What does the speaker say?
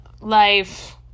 life